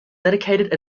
dedicated